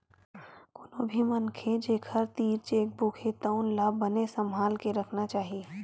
कोनो भी मनखे जेखर तीर चेकबूक हे तउन ला बने सम्हाल के राखना चाही